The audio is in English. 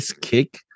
kick